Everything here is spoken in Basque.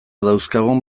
dauzkagun